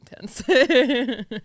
intense